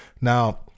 Now